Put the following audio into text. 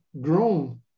grown